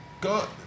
Go